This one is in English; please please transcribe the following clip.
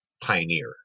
pioneer